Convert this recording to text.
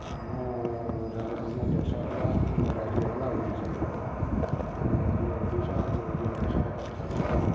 ଆମ ଆମ ଦେଶ ହେଲା ଆମ ରାଜ୍ୟ ହେଲା ଓଡ଼ିଶା ଆମ ରାଜ୍ୟ ଓଡ଼ିଶା ଆମେ ଓଡ଼ିଆ ଭାଷାରେ କଥାବାର୍ତ୍ତା କରୁ